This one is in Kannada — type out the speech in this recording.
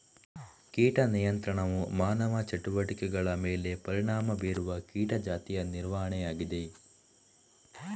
ಕೀಟ ನಿಯಂತ್ರಣವು ಮಾನವ ಚಟುವಟಿಕೆಗಳ ಮೇಲೆ ಪರಿಣಾಮ ಬೀರುವ ಕೀಟ ಜಾತಿಯ ನಿರ್ವಹಣೆಯಾಗಿದೆ